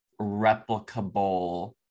replicable